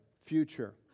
future